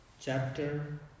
Chapter